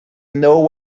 know